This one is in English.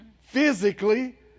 Physically